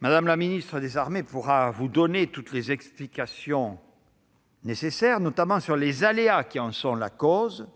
Mme la ministre des armées pourra vous donner toutes les explications nécessaires, notamment les aléas qui en sont la cause.